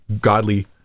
godly